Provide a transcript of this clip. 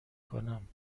کنم